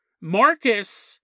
Marcus